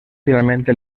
finalmente